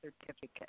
certificate